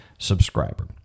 Subscriber